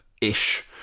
ish